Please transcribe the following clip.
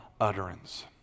utterance